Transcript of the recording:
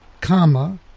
comma